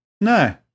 No